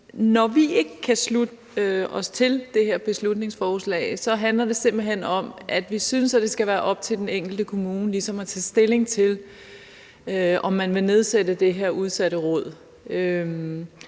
Når vi ikke kan tilslutte os det her beslutningsforslag, handler det simpelt hen om, at vi synes, at det skal være op til den enkelte kommune at tage stilling til, om man vil nedsætte det her udsatteråd.